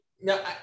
no